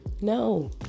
No